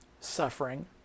suffering